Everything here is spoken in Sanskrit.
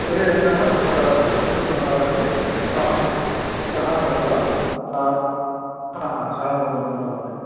तर्हि श्वः तु बा विक्रमः हरति श्वः श्वः तत् हा हा श्वः भवितुमर्हति